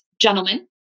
gentlemen